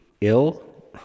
ill